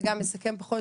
זה גם מסכם פחות,